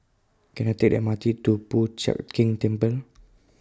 Can I Take The M R T to Po Chiak Keng Temple